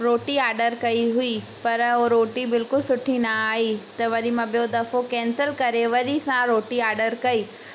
रोटी आर्डर कई हुई पर उहो रोटी बिल्कुलु सुठी न आई त वरी मां बियो दफ़ो कैंसिल करे वरी सा रोटी आर्डर कई